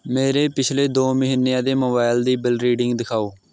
ਮੇਰੇ ਪਿਛਲੇ ਦੋ ਮਹੀਨਿਆਂ ਦੇ ਮੋਬਾਇਲ ਦੀ ਬਿੱਲ ਰੀਡਿੰਗ ਦਿਖਾਓ